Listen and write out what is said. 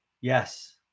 Yes